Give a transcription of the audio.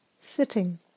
sitting